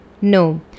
No